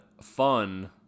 fun